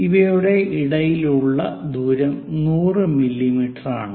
ഇവയുടെ ഇടയിൽ ഉള്ള ദൂരം 100 മില്ലീമീറ്ററാണ്